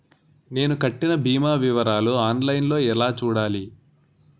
నేను కట్టిన భీమా వివరాలు ఆన్ లైన్ లో ఎలా చూడాలి?